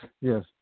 Yes